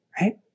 right